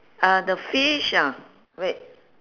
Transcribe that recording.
uh the fish ah wait